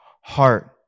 heart